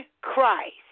Christ